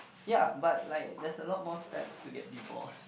ya but like there's a lot more steps to get divorced